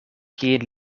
kien